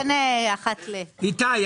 איתי,